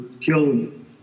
killed